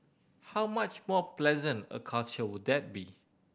how much more pleasant a culture would that be